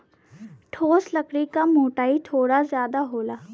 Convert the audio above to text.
ठोस लकड़ी क मोटाई थोड़ा जादा होला